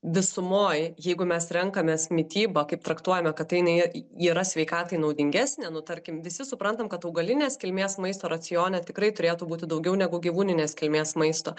visumoj jeigu mes renkamės mitybą kaip traktuojame kad jinai yra sveikatai naudingesnė nu tarkim visi suprantam kad augalinės kilmės maisto racione tikrai turėtų būti daugiau negu gyvūninės kilmės maisto